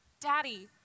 daddy